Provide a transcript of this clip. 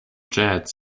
jets